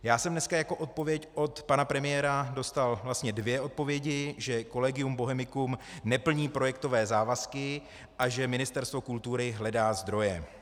Já jsem dneska jako odpověď od pana premiéra dostal vlastně dvě odpovědi: že Collegium Bohemicum neplní projektové závazky a že Ministerstvo kultury hledá zdroje.